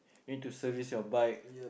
you need to service your bike